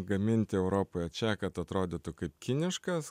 gaminti europoje čia kad atrodytų kaip kiniškas